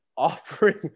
offering